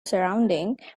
surrounding